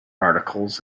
articles